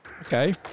Okay